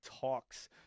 Talks